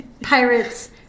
Pirates